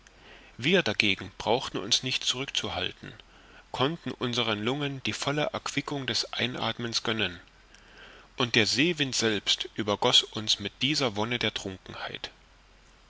wir dagegen brauchten uns nicht zurückzuhalten konnten unseren lungen die volle erquickung des einathmens gönnen und der seewind selbst übergoß uns mit dieser wonne der trunkenheit